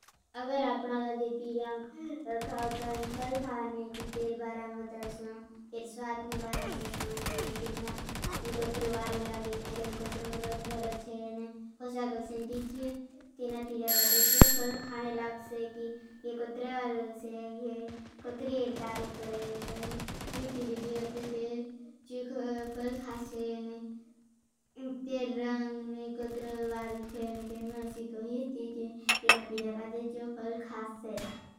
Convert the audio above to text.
अगर आपना दोड़े पीरियां खाने थी। तेर बाराम बतार सों। तेर स्वागत नो बाराम कसों कि ये कितना ये कोटर वारो लागे ने। रें कोटर मुरस भरो छे ने। हो सकों सेंदीजी तेना पीरियां का ते जो फल खाने लाग से। कि ये कोटर वारो हो से। कोटर येर त ते जो फल खाने लाग से।